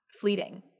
fleeting